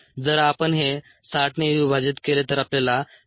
जर आपण हे 60 ने विभाजित केले तर आपल्याला 7